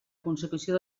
consecució